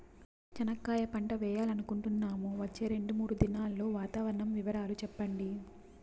చెనక్కాయ పంట వేయాలనుకుంటున్నాము, వచ్చే రెండు, మూడు దినాల్లో వాతావరణం వివరాలు చెప్పండి?